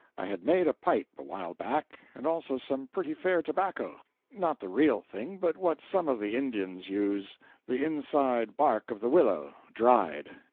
i had made a pipe a while back, and also some pretty fair tobacco not the real thing, but what some of the indians use the inside bark of the willow, dried.